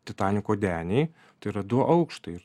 titaniko deniai tai yra du aukštai